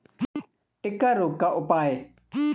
टिक्का रोग का उपाय?